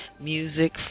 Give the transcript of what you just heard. music